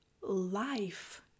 life